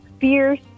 fierce